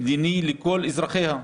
מדיני לכל אזרחיה,